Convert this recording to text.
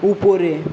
উপরে